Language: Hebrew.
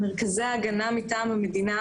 מרכזי ההגנה מטעם המדינה,